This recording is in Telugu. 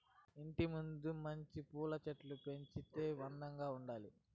ఇంటి ముందు మంచి పూల చెట్లు పెంచితే అందంగా ఉండాది